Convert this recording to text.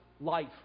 life